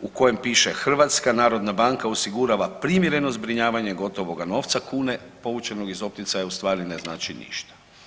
u kojem piše HNB osigurava primjereno zbrinjavanje gotovoga novce kune povučenog iz opticaja ustvari ne znači ništa.